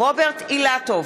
רוברט אילטוב,